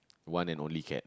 one and only cat